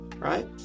right